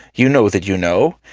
you know that you know,